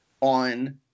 on